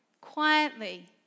quietly